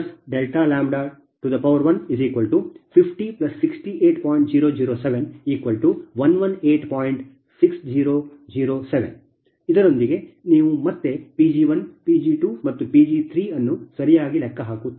6007 ಇದರೊಂದಿಗೆ ನೀವು ಮತ್ತೆ Pg1 Pg2 ಮತ್ತು Pg3 ಅನ್ನು ಸರಿಯಾಗಿ ಲೆಕ್ಕ ಹಾಕುತ್ತೀರಿ